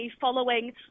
following